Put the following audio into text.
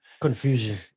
confusion